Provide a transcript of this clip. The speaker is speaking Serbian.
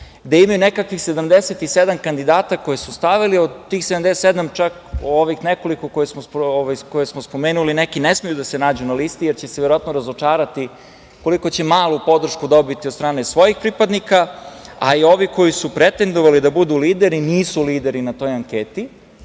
gde imaju nekakvih 77 kandidata koje su stavili, a od tih 77, ovih nekoliko koje smo spomenuli, neki ne smeju da se nađu na listi, jer će se verovatno razočarati koliko će malu podršku dobiti od strane svojih pripadnika, a i ovi koji su pretendovali da budu lideri, nisu lideri na toj anketi